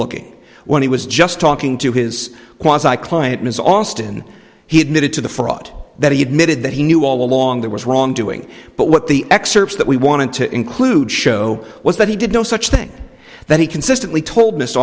looking when he was just talking to his was i client ms alston he admitted to the fraud that he admitted that he knew all along there was wrongdoing but what the excerpts that we wanted to include show was that he did no such thing that he consistently told miss